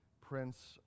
Prince